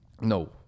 No